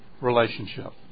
relationship